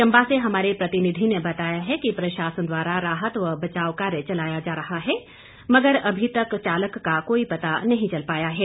चंबा से हमारे प्रतिनिधि ने बताया है कि प्रशासन द्वारा राहत व बचाव कार्य चलाया जा रहा है मगर अभी तक चालक का कोई पता नहीं चल पाया है